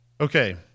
Okay